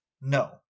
No